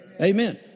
Amen